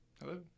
Hello